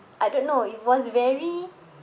I don't know it was very